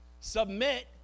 Submit